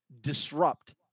disrupt